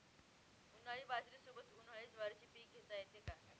उन्हाळी बाजरीसोबत, उन्हाळी ज्वारीचे पीक घेता येते का?